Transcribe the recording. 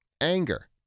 Anger